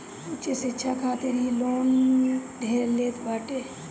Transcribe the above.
उच्च शिक्षा खातिर इ लोन ढेर लेत बाटे